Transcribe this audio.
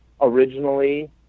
Originally